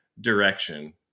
direction